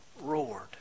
roared